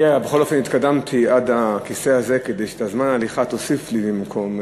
אני בכל אופן התקדמתי עד הכיסא הזה כדי שאת זמן ההליכה תוסיף לי במקום,